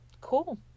Cool